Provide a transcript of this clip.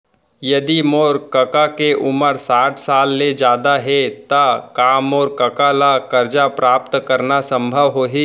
यदि मोर कका के उमर साठ साल ले जादा हे त का मोर कका ला कर्जा प्राप्त करना संभव होही